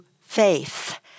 faith